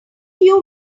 few